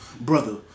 brother